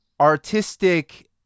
artistic